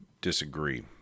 disagree